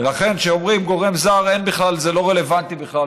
ולכן כשאומרים "גורם זר" זה לא רלוונטי בכלל.